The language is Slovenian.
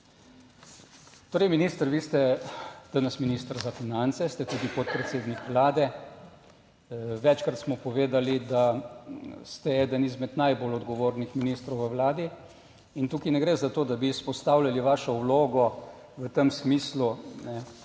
Torej, minister, vi ste danes minister za finance, ste tudi podpredsednik Vlade, večkrat smo povedali, da ste eden izmed najbolj odgovornih ministrov v Vladi in tukaj ne gre za to, da bi izpostavljali vašo vlogo v tem smislu, kot